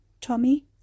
Tommy